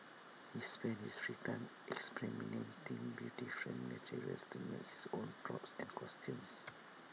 he spends his free time experimenting with different materials to make his own props and costumes